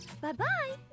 Bye-bye